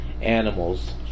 animals